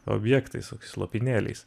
objektais lopinėliais